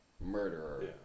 murderer